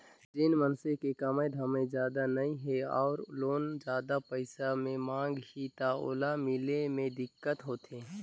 जेन मइनसे के कमाई धमाई जादा नइ हे अउ लोन जादा पइसा के मांग ही त ओला मिले मे दिक्कत होथे